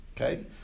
Okay